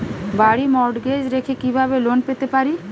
বাড়ি মর্টগেজ রেখে কিভাবে লোন পেতে পারি?